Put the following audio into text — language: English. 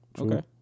Okay